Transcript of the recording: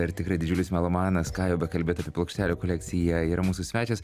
ir tikrai didžiulis melomanas ką jau bekalbėt apie plokštelių kolekciją yra mūsų svečias